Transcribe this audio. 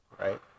right